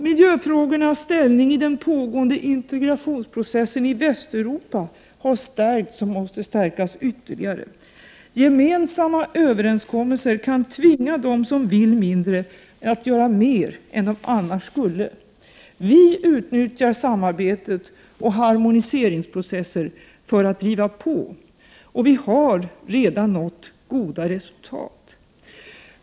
Miljöfrågornas ställning i den pågående integrationsprocessen i Västeuropa har stärkts och måste stärkas ytterligare. Gemensamma överenskommelser kan tvinga dem som vill mindre att göra mer än de annars skulle. Vi utnyttjar samarbetet och harmoniseringsprocesser för att driva på. Och vi har redan nått goda resultat.